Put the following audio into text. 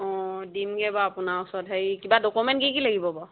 অঁ দিমগৈ বাৰু আপোনাৰ ওচৰত হেৰি কিবা ডকুমেণ্ট কি কি লাগিব বাৰু